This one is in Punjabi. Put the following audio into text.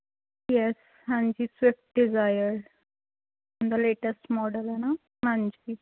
ਯੈਸ ਹਾਂਜੀ ਸਵਿਫਟ ਡਿਜ਼ਾਈਰ ਦਾ ਲੇਟਸਟ ਮਾਡਲ ਹੈ ਨਾ ਹਾਂਜੀ